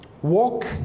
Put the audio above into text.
Walk